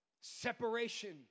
Separation